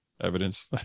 evidence